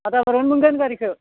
आदाबारियावनो मोनगोन गारिखौ